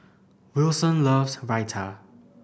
Wilson loves Raita